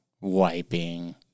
wiping